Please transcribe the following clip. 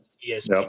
yes